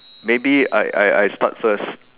maybe I I I start first